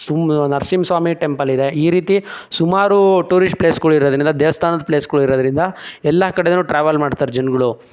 ಸು ನರ್ಸಿಂಹ ಸ್ವಾಮಿ ಟೆಂಪಲ್ಲಿದೆ ಈ ರೀತಿ ಸುಮಾರು ಟೂರಿಷ್ಟ್ ಪ್ಲೇಸ್ಗಳಿರೋದ್ರಿಂದ ದೇವಸ್ಥಾನದ ಪ್ಲೇಸ್ಗಳಿರೋದ್ರಿಂದ ಎಲ್ಲ ಕಡೆನೂ ಟ್ರಾವೆಲ್ ಮಾಡ್ತಾರೆ ಜನಗಳು